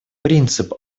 принцип